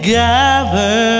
gather